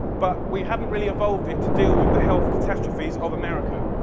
but we haven't really evolved it to deal with the health catastrophes of america,